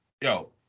Yo